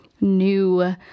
new